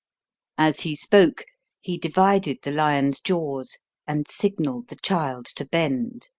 as he spoke he divided the lion's jaws and signalled the child to bend.